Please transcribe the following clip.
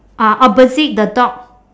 uh opposite the dog